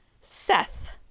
seth